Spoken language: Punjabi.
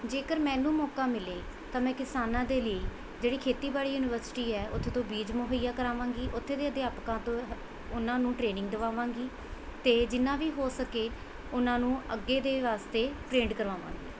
ਜੇਕਰ ਮੈਨੂੰ ਮੌਕਾ ਮਿਲੇ ਤਾਂ ਮੈਂ ਕਿਸਾਨਾਂ ਦੇ ਲਈ ਜਿਹੜੀ ਖੇਤੀਬਾੜੀ ਯੂਨੀਵਰਸਿਟੀ ਹੈ ਉਥੋਂ ਤੋਂ ਬੀਜ ਮੁਹੱਈਆ ਕਰਾਵਾਂਗੀ ਉੱਥੇ ਦੇ ਅਧਿਆਪਕਾਂ ਤੋਂ ਉਹਨਾਂ ਨੂੰ ਟ੍ਰੇਨਿੰਗ ਦਵਾਵਾਂਗੀ ਅਤੇ ਜਿੰਨਾ ਵੀ ਹੋ ਸਕੇ ਉਹਨਾਂ ਨੂੰ ਅੱਗੇ ਦੇ ਵਾਸਤੇ ਟ੍ਰੇਨਡ ਕਰਵਾਂਵਗੀ